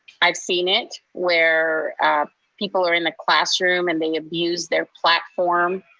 i've seen it where people are in the classroom and they abuse their platform